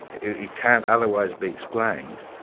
it can't otherwise be explained,